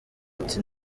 ati